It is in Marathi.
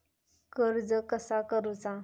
कर्ज कसा करूचा?